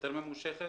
יותר ממושכת